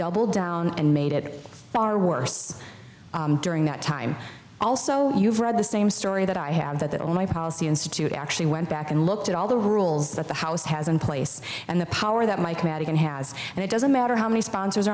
doubled down and made it far worse during that time also you've read the same story that i have that on my policy institute i actually went back and looked at all the rules that the house has in place and the power that mike madigan has and it doesn't matter how many sponsors